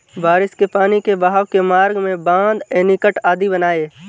बारिश के पानी के बहाव के मार्ग में बाँध, एनीकट आदि बनाए